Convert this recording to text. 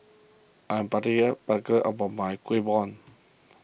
I am particular about my Kueh Bom